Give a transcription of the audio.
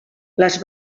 les